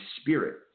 spirit